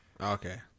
Okay